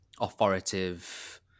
authoritative